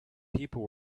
people